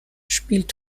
spielt